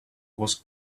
was